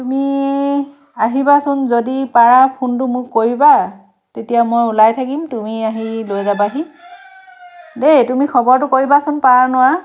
তুমি আহিবাচোন যদি পাৰা ফোনটো মোক কৰিবা তেতিয়া মই ওলাই থাকিম তুমি আহি লৈ যাবাহি দেই তুমি খবৰটো কৰিবাচোন পাৰা নোৱাৰা